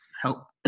help